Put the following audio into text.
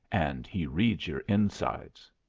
and he reads your insides.